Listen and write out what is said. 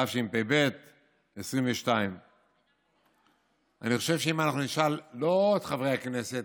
התשפ"ב 2022. אני חושב שאם אנחנו נשאל לא את חברי הכנסת,